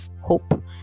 hope